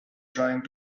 trying